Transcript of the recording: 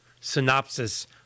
synopsis